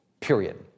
period